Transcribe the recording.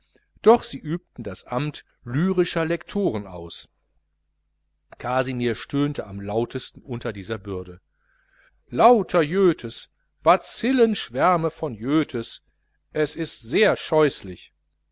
doch übten sie das amt lyrischer lektoren aus kasimir stöhnte am lautesten unter dieser bürde lauter joethes bacillenschwärme von joethes es ist sehr scheußlich